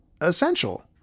essential